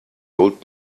old